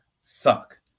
suck